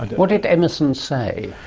and what did emerson say?